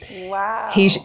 Wow